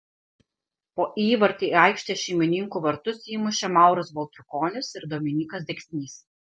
po įvartį į aikštės šeimininkų vartus įmušė mauras baltrukonis ir dominykas deksnys